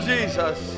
Jesus